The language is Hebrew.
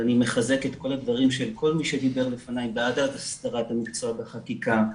ואני מחזק את כל הדברים של כל מי שדיבר לפני בעד הסדרת המקצוע בחקיקה.